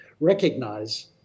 recognize